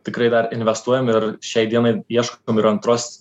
tikrai dar investuojame ir šiai dienai ieškom ir antros